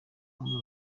bamwe